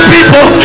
People